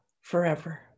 forever